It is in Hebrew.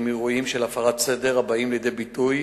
עם אירועים של הפרת סדר הבאים לידי ביטוי